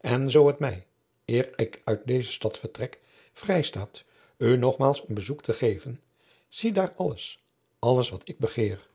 en zoo het mij eer ik uit deze stad vertrek vrij staat u nogmaals een bezoek te geven zie daar alles alles wat ik begeer